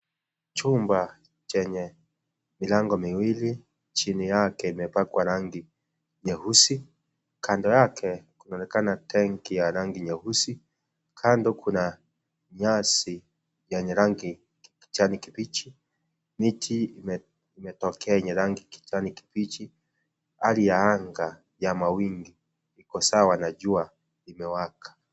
Chumba chenye milango miwili chini yake imepakwa rangi nyeusi, kando yake kunaonekana tenki ya rangi nyeusi, kando kuna nyasi yenye rangi kijani kibichi miti imetokea yenye rangi kijani kibichi, hali ya anga ya mawingu iko sawa na jua limewaka.